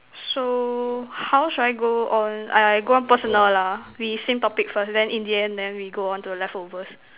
so how shall I go on I I go on personal lah we same topic first then in the end then we go on to the leftovers